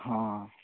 ହଁ